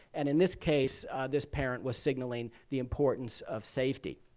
and in this case this parent was signaling the importance of safety.